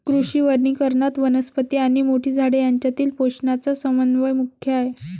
कृषी वनीकरणात, वनस्पती आणि मोठी झाडे यांच्यातील पोषणाचा समन्वय मुख्य आहे